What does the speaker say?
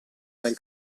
dal